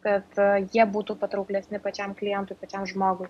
kad jie būtų patrauklesni pačiam klientui pačiam žmogui